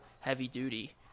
heavy-duty